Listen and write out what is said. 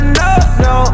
no-no